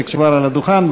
שכבר נמצא על הדוכן.